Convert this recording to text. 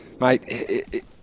Mate